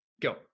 go